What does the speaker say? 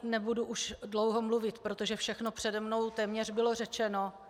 Nebudu tady už dlouho mluvit, protože všechno přede mnou téměř bylo řečeno.